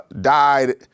died